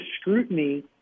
scrutiny